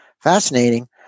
fascinating